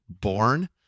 born